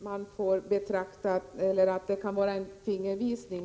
Herr talman! Visst kan utredningens direktiv vara en fingervisning.